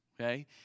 okay